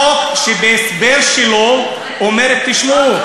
חוק שבהסבר שלו אומר: תשמעו,